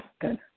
good